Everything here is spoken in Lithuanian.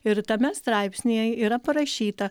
ir tame straipsnyje yra parašyta